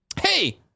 hey